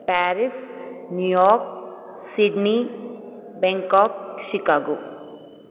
Paris New York Sydney Bangkok Chicago